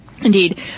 Indeed